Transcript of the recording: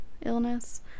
illness